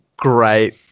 Great